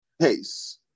case